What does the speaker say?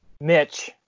mitch